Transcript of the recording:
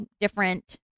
different